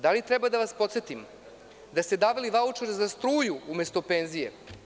Da li treba da vas podsetim da ste davali vaučer za struju umesto penzije?